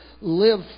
live